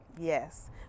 Yes